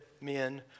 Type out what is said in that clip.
men